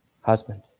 husband